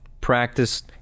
practice